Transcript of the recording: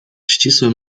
ścisłym